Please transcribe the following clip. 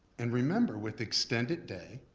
and remember with extended day,